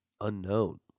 unknown